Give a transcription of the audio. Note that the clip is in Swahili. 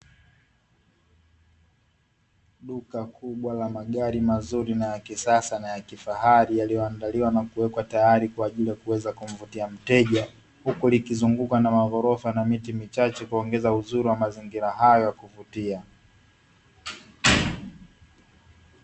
Duka kubwa la magari mazuri na ya kisasa na ya kifahari yaliyoandaliwa na kuwekwa tayari kwa ajili ya kuweza kumvutia mteja, huku likizungukwa na maghorofa na miti michache kuongeza uzuri wa mazingira hayo ya kuvutia.